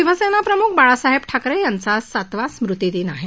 शिवसेनाप्रमुख बाळासाहेब ठाकरे यांचा आज सातवा स्मृतिदिन आहे